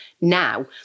now